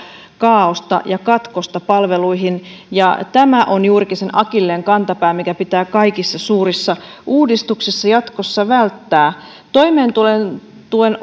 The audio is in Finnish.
kaaosta ja katkosta palveluihin ja tämä on juurikin se akilleenkantapää mikä pitää kaikissa suurissa uudistuksissa jatkossa välttää toimeentulotuen